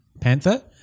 Panther